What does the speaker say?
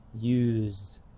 use